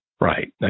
Right